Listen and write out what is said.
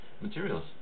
materials